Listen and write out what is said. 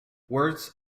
words